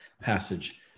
passage